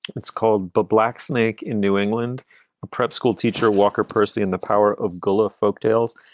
it's called but black snake in new england prep school teacher walker percy and the power of gullah folktales.